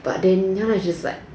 but then ya lah just like